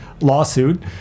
lawsuit